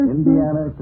Indiana